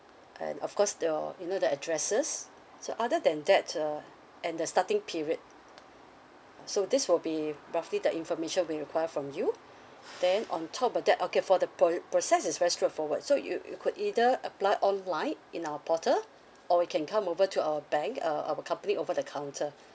and of course the you know the addresses so other than that uh and the starting period so this will be roughly the information we require from you then on top of that okay for the pro~ process is very straightforward so you you could either apply online in our portal or you can come over to our bank uh our company over the counter